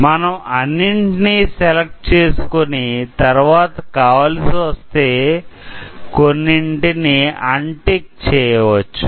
మనం అన్నింటిని సెలెక్ట్ చేసుకొని తరువాత కావాల్సివస్తే కొన్నింటిని అన్ టిక్ చేయవచ్చు